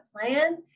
plan